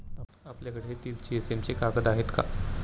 आपल्याकडे तीस जीएसएम चे कागद आहेत का?